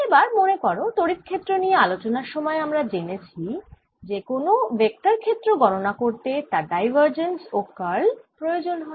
এবার মনে করো তড়িৎ ক্ষেত্র নিয়ে আলোচনার সময় আমরা জেনেছি যে কোন ভেক্টর ক্ষেত্র গণনা করতে তার ডাইভার্জেন্স ও কার্ল এর প্রয়োজন হয়